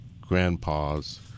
grandpas